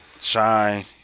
Shine